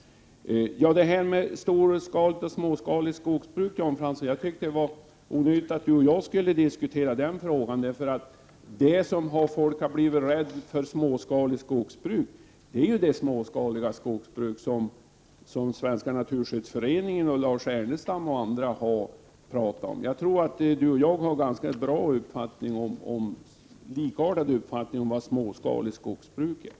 Jag tyckte att det var onödigt att Jan Fransson och jag skulle diskutera frågan om storskaligt och småskaligt skogsbruk. Det som folk har blivit rädda för när det gäller småskaligt skogsbruk är ju det småskaliga skogsbruk som Svenska naturskyddsföreningen, Lars Ernestam och andra har pratat om. Jag tror att Jan Fransson och jag har ganska likartad uppfattning om vad småskaligt skogsbruk är.